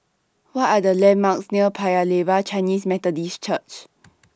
What Are The landmarks near Paya Lebar Chinese Methodist Church